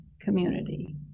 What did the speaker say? community